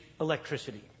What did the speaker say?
electricity